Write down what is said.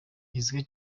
igizwe